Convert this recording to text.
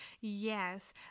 Yes